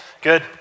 Good